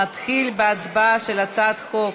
נתחיל בהצבעה על הצעת החוק